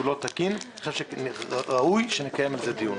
אני חושב שזה מראה שהוא לא תקין ומן הראוי שנקיים על זה דיון.